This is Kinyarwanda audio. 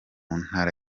ntara